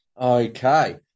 Okay